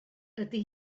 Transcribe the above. ydy